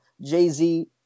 Jay-Z